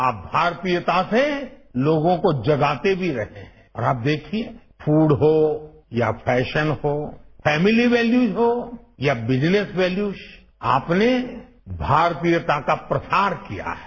आप भारतीयता से लोगों को जगाते भी रहे और आप देखिए फूड हो या फैशन हो फैमिली वेल्यूज हो या बिजनेस वेल्यूज आपने भारतीयता का प्रसार किया है